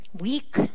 weak